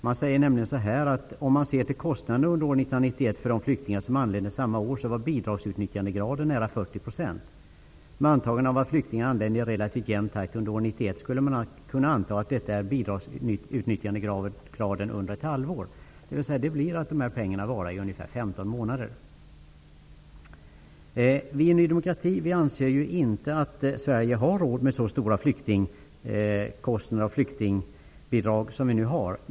Man säger nämligen: ''Om man ser till kostnaderna under år 1991 för de flyktingar som anlände samma år var bidragsutnyttjandegraden nära 40 %. Med antagande av att flyktingarna anlände i relativt jämn takt under år 1991 skulle man kunna anta att detta är bidragsutnyttjandegraden under ett halvår.'' Det betyder att de här pengarna räckte i ungefär 15 Vi i Ny demokrati anser inte att Sverige har råd med så stora flyktingkostnader och flyktingbidrag som vi nu har.